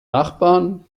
nachbarn